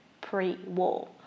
pre-war